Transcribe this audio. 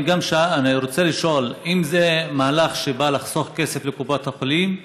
אני רוצה לשאול אם זה מהלך שבא לחסוך כסף לקופות החולים.